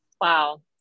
Wow